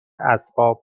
اسباب